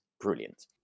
brilliant